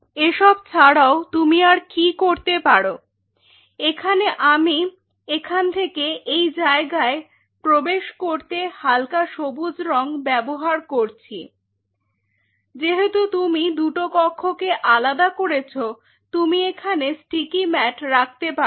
এসব ছাড়াও তুমি আর কি করতে পারো এখানে আমি এখান থেকে এই জায়গায় প্রবেশ করতে হালকা সবুজ রং ব্যবহার করছি যেহেতু তুমি দুটো কক্ষকে আলাদা করেছ তুমি এখানে স্টিকি ম্যাট রাখতে পারো